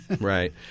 Right